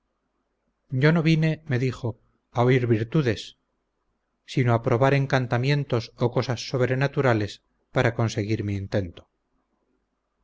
yo no vine me dijo a oír virtudes sino a probar encantamientos o cosas sobrenaturales para conseguir mi intento